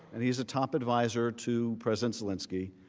and he's a top adviser to president zelinski,